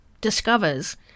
Discovers